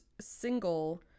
single